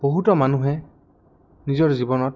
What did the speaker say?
বহুতো মানুহে নিজৰ জীৱনত